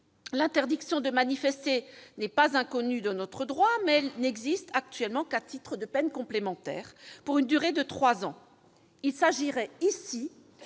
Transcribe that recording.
L'interdiction de manifester n'est pas inconnue dans notre droit, mais elle n'existe, actuellement, qu'à titre de peine complémentaire, pour une durée de trois ans. Il s'agirait, ici,